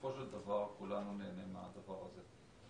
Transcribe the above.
בסופו של דבר נהנה מהדבר הזה.